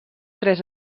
tres